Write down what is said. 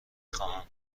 خواهم